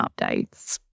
updates